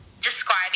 describing